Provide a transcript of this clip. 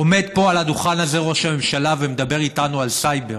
עומד פה על הדוכן הזה ראש הממשלה ומדבר איתנו על סייבר,